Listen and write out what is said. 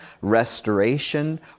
restoration